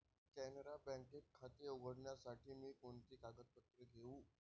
कॅनरा बँकेत खाते उघडण्यासाठी मी कोणती कागदपत्रे घेऊ?